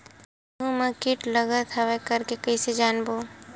गेहूं म कीट लगत हवय करके कइसे जानबो?